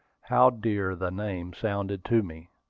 how dear the name sounded to me!